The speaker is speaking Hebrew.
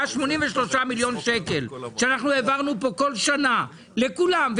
אבל היו 83 מיליון שקל שהעברנו פה כל שנה לכולם.